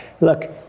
Look